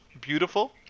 beautiful